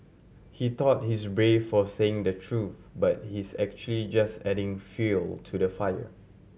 he thought he's brave for saying the truth but he's actually just adding fuel to the fire